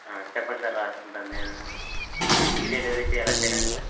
చెప్పండి సార్ రాసుకుంటాను నేను ఇంటికి డెలివరీ చేయాలి అంతే కదా సార్